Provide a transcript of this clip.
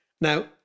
Now